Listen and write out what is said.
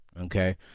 okay